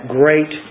great